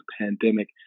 pandemic